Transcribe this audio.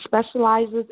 specializes